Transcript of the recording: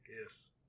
yes